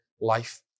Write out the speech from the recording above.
life